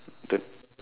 the